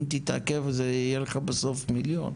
אם תתעכב, זה יהיה לך בסוף מיליון.